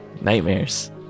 Nightmares